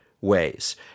ways